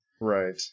right